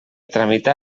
tramitar